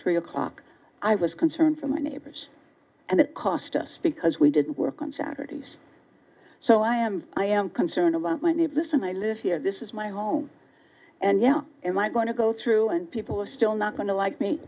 three o'clock i was concerned for my neighbors and it cost us because we didn't work on saturdays so i am i am concerned about many of this and i live here this is my home and yeah am i going to go through and people are still not going to like me